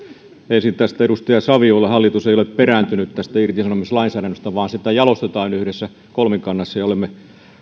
ensin edustaja saviolle hallitus ei ole perääntynyt irtisanomislainsäädännöstä vaan sitä jalostetaan yhdessä kolmikannassa